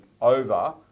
over